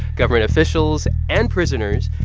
government officials and prisoners.